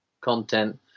content